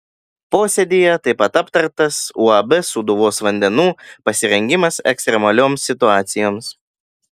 posėdyje taip pat aptartas uab sūduvos vandenų pasirengimas ekstremalioms situacijoms